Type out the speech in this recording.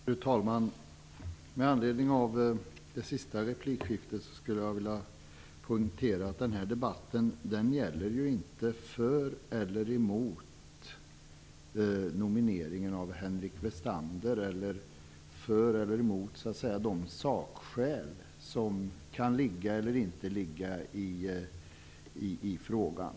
Fru talman! Med anledning av det senaste replikskiftet skulle jag vilja poängtera att den här debatten inte är en debatt för eller mot en nominering av Henrik Westander. Den handlar inte heller om de sakskäl som kan finnas eller inte finnas i frågan.